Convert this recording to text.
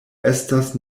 estas